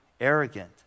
arrogant